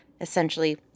essentially